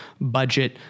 budget